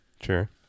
Sure